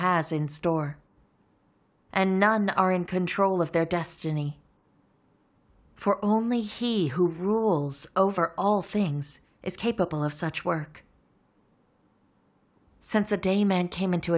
has in store and none are in control of their destiny for only he who rules over all things is capable of such work since the day man came into